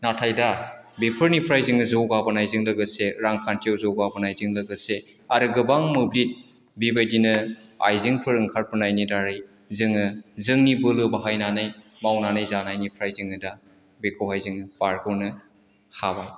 नाथाय दा बेफोरनिफ्राय जोङो जौगाबोनायजों लोगोसे रांखान्थियाव जौगाबोनायजों लोगोसे आरो गोबां मोब्लिब बेबायदिनो आइजेंफोर ओंखारबोनायनि दारै जोङो जोंनि बोलो बाहायनानै मावनानै जानायनिफ्राय जोङो दा बेखौहाय जोङो बारग'नो हाबाय